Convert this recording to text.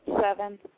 Seven